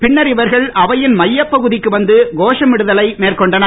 பின்னர் இவர்கள் அவையின் மையப்பகுதிக்கு வந்து கோஷமிடுதலை மேற்கொண்டனர்